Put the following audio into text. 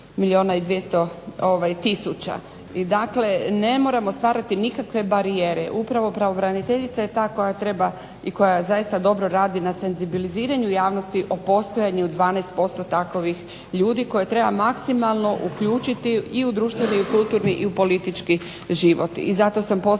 milijuna i 200 tisuća. I dakle ne moramo stvarati nikakve barijere. Upravo pravobraniteljica je ta koja treba i koja zaista dobro radi na senzibiliziranju javnosti o postojanju 12% takovih ljudi koje treba maksimalno uključiti i u društveni i u kulturni i u politički život.